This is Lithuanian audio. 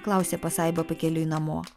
klausė pasaiba pakeliui namo